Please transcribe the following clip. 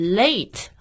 late